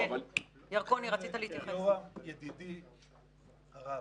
יורם, ידידי הרם,